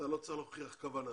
אתה לא צריך להוכיח כוונה.